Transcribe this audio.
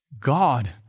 God